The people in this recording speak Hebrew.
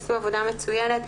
עשו עבודה מצוינת.